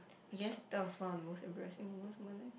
I guess that was one of the most embarrassing moment of my life